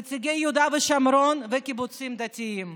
נציגי יהודה ושומרון וקיבוצים דתיים,